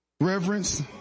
reverence